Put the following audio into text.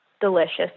delicious